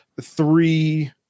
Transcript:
three